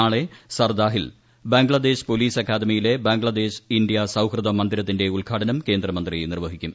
നാളെ സർദാഹിൽ ബംഗ്ലാദേശ് പോലീസ് അ്ക്കാദമിയിലെ ബംഗ്ലാദേശ് ഇന്ത്യ സൌഹൃദ മന്ദിരത്തിന്റെ ഉദ്ദ്ഘാട്നം കേന്ദ്രമന്ത്രി നിർവ്വഹിക്കും